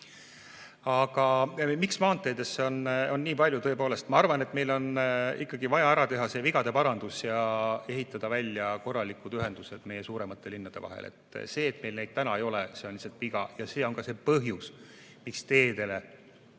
Miks maanteedele on nii palju ette nähtud? Tõepoolest, ma arvan, et meil on ikkagi vaja ära teha vigade parandus ja ehitada välja korralikud ühendused meie suuremate linnade vahel. See, et meil neid täna ei ole, on lihtsalt viga ja see on ka põhjus, miks